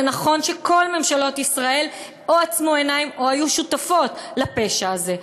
נכון שכל ממשלות ישראל או עצמו עיניים או היו שותפות לפשע הזה.